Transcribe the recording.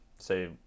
say